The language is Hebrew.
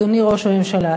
אדוני ראש הממשלה,